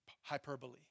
Hyperbole